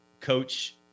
Coach